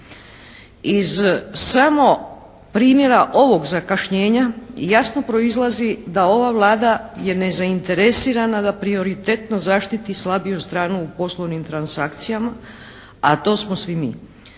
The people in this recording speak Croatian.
Iz samo primjera ovog zakašnjenja, jasno proizlazi da ova Vlada je nezainteresirana da prioritetno zaštiti slabiju stranu u poslovnim transakcijama, a to smo svi mi.